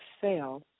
fail